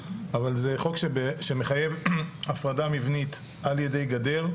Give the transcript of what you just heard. אבל זה חוק שמחייב הפרדה מבנית על ידי גדר,